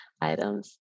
items